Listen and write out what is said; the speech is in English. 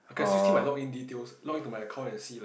I can still see my log in details log in to my account and see like